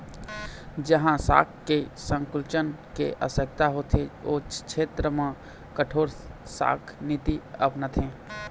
जहाँ शाख के संकुचन के आवश्यकता होथे ओ छेत्र म कठोर शाख नीति अपनाथे